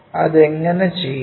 അത് എങ്ങനെ ചെയ്യാം